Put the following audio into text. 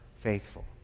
faithful